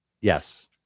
Yes